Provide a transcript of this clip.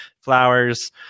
flowers